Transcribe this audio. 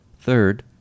Third